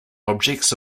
objects